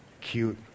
cute